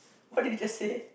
what did you just say